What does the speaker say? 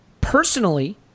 Personally